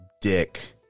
dick